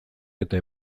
eta